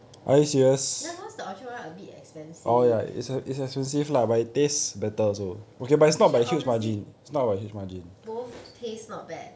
ya cause the orchard one a bit expensive actually honestly both taste not bad